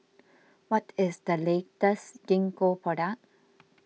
what is the latest Gingko product